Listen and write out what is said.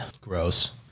Gross